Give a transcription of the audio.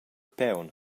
paun